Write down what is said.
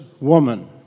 woman